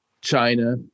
China